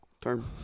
term